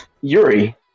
Yuri